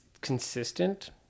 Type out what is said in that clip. consistent